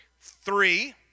Three